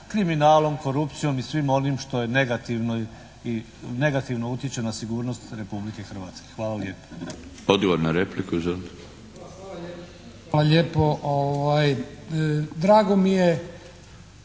kriminalom, korupcijom i svim onim što je negativno i negativno utječe na sigurnost Republike Hrvatske. Hvala lijepo.